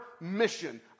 mission